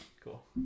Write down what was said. Cool